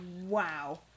Wow